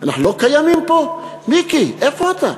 אנחנו לא קיימים פה, מיקי, איפה אתה?